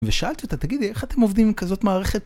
ושאלת אותה, תגידי, איך אתם עובדים עם כזאת מערכת?